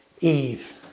Eve